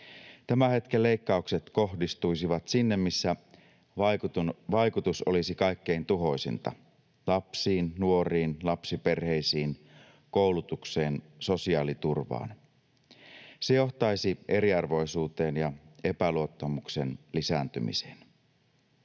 Tämän hetken leikkaukset kohdistuisivat sinne, missä vaikutus olisi kaikkein tuhoisinta: lapsiin, nuoriin, lapsiperheisiin, koulutukseen, sosiaaliturvaan. Se johtaisi eriarvoisuuteen ja epäluottamuksen lisääntymiseen.